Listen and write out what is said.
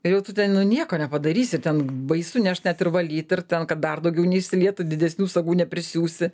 ir jau tu ten nu nieko nepadarysi ten baisu nešt net ir valyt ir ten kad dar daugiau neišsilietų didesnių sagų neprisiūsi